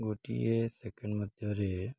ଗୋଟିଏ ସେକେଣ୍ଡ ମଧ୍ୟରେ